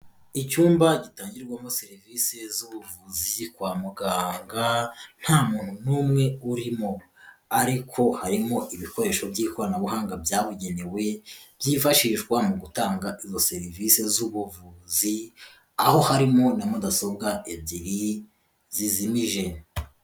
Icyumba gitangirwamo serivisi z'ubuvuzi kwa muganga nta muntu n'umwe urimo, ariko harimo ibikoresho by'ikoranabuhanga byabugenewe byifashishwa mu gutanga izo serivisi z'ubuvuzi, aho harimo na mudasobwa ebyiri zizimije.